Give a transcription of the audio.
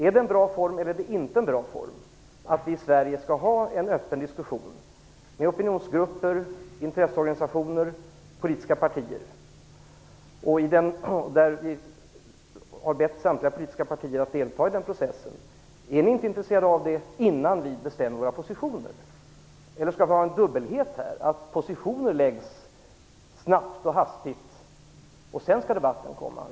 Är det eller är det inte bra att vi i Sverige skall ha en öppen diskussion, med opinionsgrupper och intresseorganisationer, en diskussion där vi har bett samtliga politiska partier att delta, innan vi bestämmer våra positioner? Eller skall vi ha en dubbelhet, innebärande att positioner hastigt läggs fast, varefter debatten skall komma?